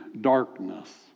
darkness